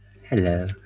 hello